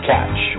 Catch